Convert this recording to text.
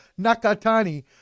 Nakatani